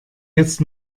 jetzt